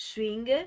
Swing